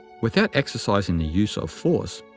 without exercising the use of force,